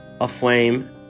aflame